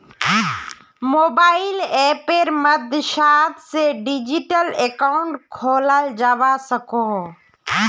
mobile अप्पेर मद्साद से डिजिटल अकाउंट खोलाल जावा सकोह